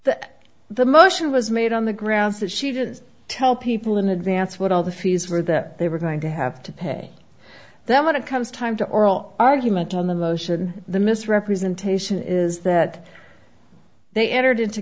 that the motion was made on the grounds that she didn't tell people in advance what all the fees were that they were going to have to pay them when it comes time to oral argument on the motion the misrepresentation is that they entered into